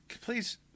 Please